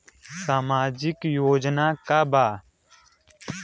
सामाजिक योजना का बा?